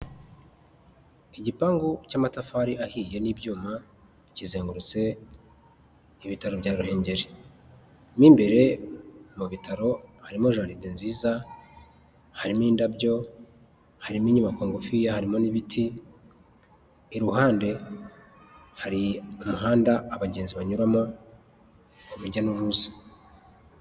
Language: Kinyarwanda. Igipangu cy'amatafari ahiye n'ibyuma, kizengurutse, ibitaro bya ruhengeri, mu imbere mu bitaro harimo jaride nziza, harimo indabyo harimo inyubako ngufi harimo n'ibiti iruhande hari umuhanda abagenzi banyuramo urujya n'uruza.